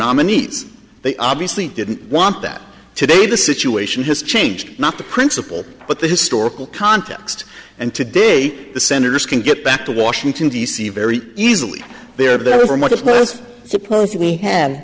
nominees they obviously didn't want that today the situation has changed not the principle but the historical context and today the senators can get back to washington d c very easily there are much less suppose we have